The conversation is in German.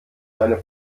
eine